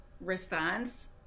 response